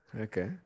Okay